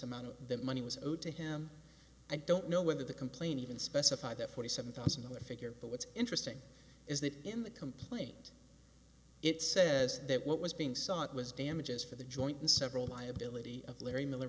amount of that money was owed to him i don't know whether the complaint even specify that forty seven thousand dollars figure but what's interesting is that in the complaint it says that what was being sought was damages for the joint and several liability of larry miller